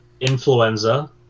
influenza